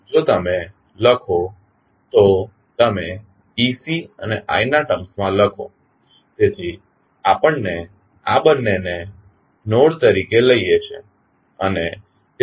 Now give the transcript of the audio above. જો તમે લખો તો તમે ec અને i ના ટર્મ્સમાં લખો તેથી આપણે આ બંનેને નોડ તરીકે લઈએ છીએ